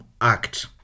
act